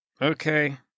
Okay